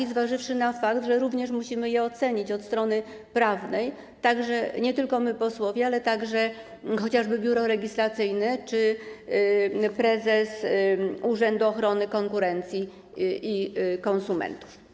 Pytam, zważywszy na fakt, że również musimy je ocenić od strony prawnej, nie tylko my posłowie, ale także chociażby Biuro Legislacyjne czy prezes Urzędu Ochrony Konkurencji i Konsumentów.